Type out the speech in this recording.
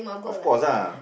of course lah